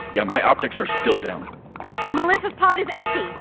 yeah, my optics are still down melissa's pod is empty!